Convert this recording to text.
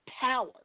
power